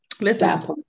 Listen